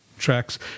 Tracks